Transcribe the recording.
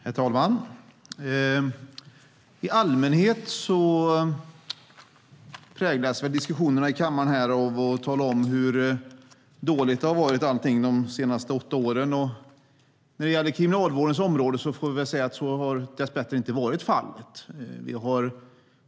Herr talman! I allmänhet präglas diskussionerna här i kammaren av hur dåligt allting har varit under de senaste åtta åren. På kriminalvårdens område har dessbättre inte så varit fallet.